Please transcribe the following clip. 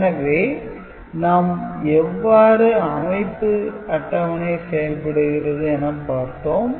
எனவே நாம் எவ்வாறு அமைப்பு அட்டவணை செயல்படுகிறது என பார்த்தோம்